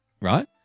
right